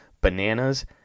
bananas